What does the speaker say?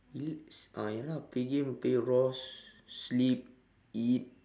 relax ah ya lah play game play rose sleep eat